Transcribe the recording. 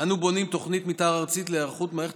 אנו בונים תוכנית מתאר ארצית להיערכות מערכת